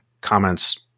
comments